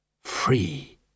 Free